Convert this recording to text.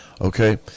Okay